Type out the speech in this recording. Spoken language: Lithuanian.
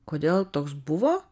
kodėl toks buvo